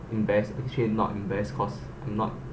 invest exchange not invest cause not